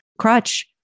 crutch